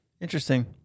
interesting